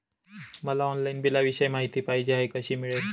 मला ऑनलाईन बिलाविषयी माहिती पाहिजे आहे, कशी मिळेल?